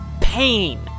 pain